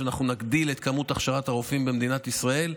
אנחנו נגדיל את כמות הכשרת הרופאים במדינת ישראל.